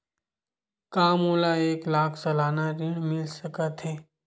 का मोला एक लाख सालाना ऋण मिल सकथे?